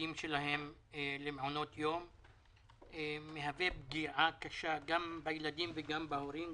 שלהם למעונות יום מהווה פגיעה קשה גם בילדים וגם בהורים,